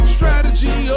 Strategy